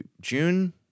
June